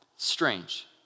Strange